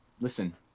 Listen